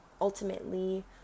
ultimately